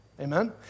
Amen